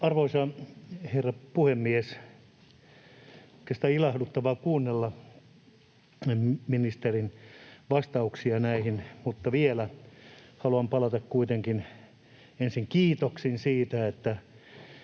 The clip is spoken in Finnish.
Arvoisa herra puhemies! Ilahduttavaa kuunnella ministerin vastauksia näihin, mutta vielä haluan palata kuitenkin ensin kiitoksin siitä,